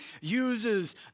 uses